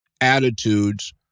attitudes